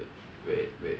wait wait